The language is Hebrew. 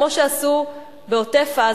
כמו שעשו בעוטף-עזה,